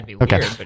Okay